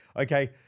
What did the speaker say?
Okay